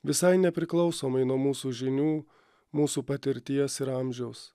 visai nepriklausomai nuo mūsų žinių mūsų patirties ir amžiaus